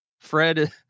Fred